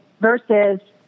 versus